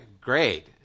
Great